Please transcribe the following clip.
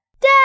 Dad